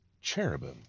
cherubim